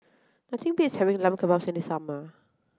nothing beats having Lamb Kebabs in the summer